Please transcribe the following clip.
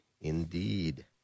indeed